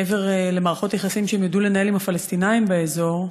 מעבר למערכות יחסים שהם ידעו לנהל עם הפלסטינים באזור,